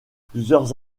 plusieurs